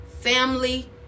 Family